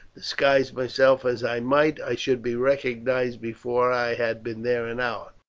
disguise myself as i might, i should be recognized before i had been there an hour.